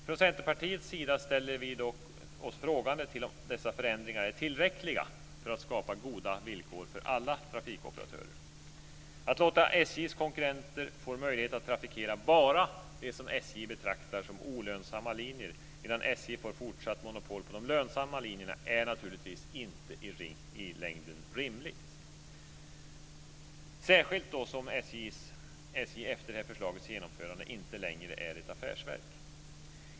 Från Centerpartiets sida ställer vi oss dock frågande till om dessa förändringar är tillräckliga för att skapa goda villkor för alla trafikoperatörer. Att låta SJ:s konkurrenter få möjlighet att trafikera bara det som SJ betraktar som olönsamma linjer, medan SJ får fortsatt monopol på de lönsamma linjerna, är naturligtvis i längden inte rimligt, särskilt som SJ efter detta förslags genomförande inte längre är ett affärsverk.